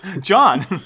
john